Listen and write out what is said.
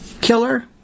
killer